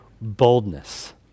boldness